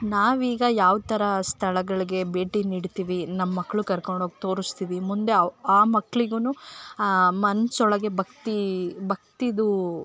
ನಾವೀಗ ಯಾವ ಥರ ಸ್ಥಳಗಳಿಗೆ ಭೇಟಿ ನೀಡ್ತೀವಿ ನಮ್ಮ ಮಕ್ಕಳು ಕರ್ಕೊಂಡು ಹೋಗಿ ತೋರಿಸ್ತೀವಿ ಮುಂದೆ ಆ ಆ ಮಕ್ಳಿಗು ಮನ್ಸೊಳಗೆ ಭಕ್ತಿ ಭಕ್ತಿದೂ